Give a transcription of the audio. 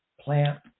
plant